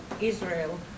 Israel